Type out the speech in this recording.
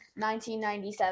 1997